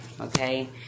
Okay